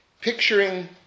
picturing